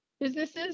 businesses